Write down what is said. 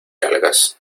algas